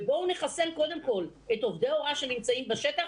ובואו נחסן קודם כול את עובדי ההוראה שנמצאים בשטח,